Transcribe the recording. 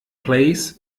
plays